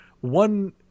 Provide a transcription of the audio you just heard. one